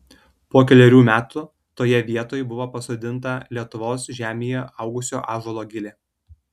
po kelerių metų toje vietoj buvo pasodinta lietuvos žemėje augusio ąžuolo gilė